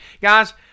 guys